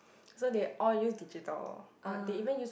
so they all use digital or they even use